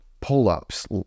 pull-ups